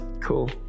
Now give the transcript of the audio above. cool